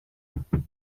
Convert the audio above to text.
aurten